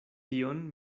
tion